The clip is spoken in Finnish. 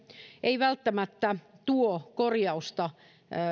ei välttämättä tuo korjausta